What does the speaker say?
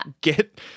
get